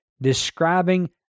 describing